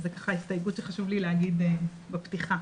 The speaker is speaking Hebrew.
זו הסתייגות שחשוב לי להגיד בפתיחה.